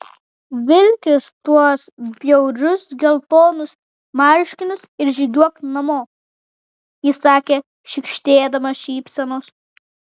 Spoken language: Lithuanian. vilkis tuos bjaurius geltonus marškinius ir žygiuok namo įsakė šykštėdama šypsenos